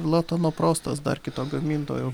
latonoprostas dar kito gamintojo